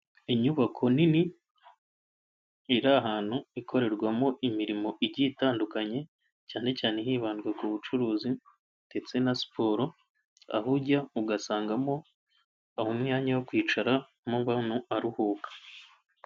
Inyubako nini, iri ahantu ikorerwamo imirimo igiye itandukanye, cyane cyane hibandwa ku bucuruzi, ndetse na siporo. Aho ujya ugasangamo imwanya yo kwicara umuntu aruhuka.